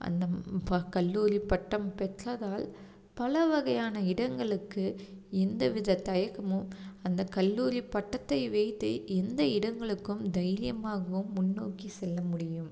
அந்த ப கல்லூரி பட்டம் பெற்றதால் பல வகையான இடங்களுக்கு எந்த வித தயக்கமும் அந்த கல்லூரி பட்டத்தை வைத்தே எந்த இடங்களுக்கும் தைரியமாக முன்னோக்கி செல்ல முடியும்